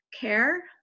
care